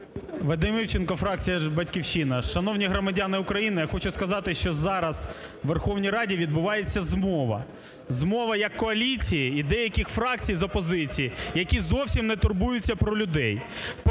Вадим Івченко, фракція "Батьківщина". Шановні громадяни України, я хочу сказати, що зараз у Верховній Раді відбувається змова. Змова як коаліції і деяких фракцій з опозиції, які зовсім не турбуються про людей.